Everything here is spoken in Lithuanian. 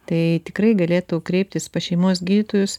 tai tikrai galėtų kreiptis pas šeimos gydytojus